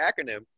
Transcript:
acronym